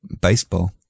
baseball